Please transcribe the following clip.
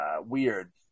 weird